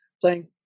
Playing